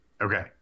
Okay